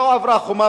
לא עברה חומה,